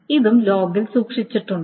ഇതും ലോഗിൽ സൂക്ഷിച്ചിട്ടുണ്ട്